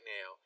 now